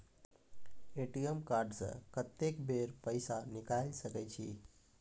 ATM card से कत्तेक बेर पैसा निकाल सके छी?